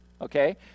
Okay